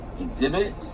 Exhibit